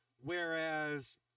whereas